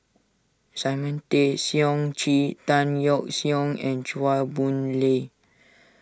Simon Tay Seong Chee Tan Yeok Seong and Chua Boon Lay